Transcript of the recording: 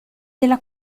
della